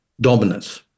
dominance